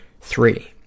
three